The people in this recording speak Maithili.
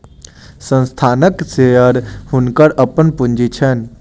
संस्थानक शेयर हुनकर अपन पूंजी छैन